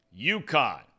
UConn